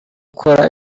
ukora